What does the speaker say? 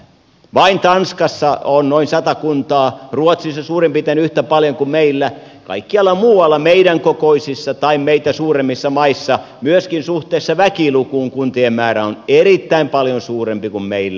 vain tanskassa on noin sata kuntaa ruotsissa suurin piirtein yhtä paljon kuin meillä kaikkialla muualla meidän kokoisissa tai meitä suuremmissa maissa myöskin suhteessa väkilukuun kuntien määrä on erittäin paljon suurempi kuin meillä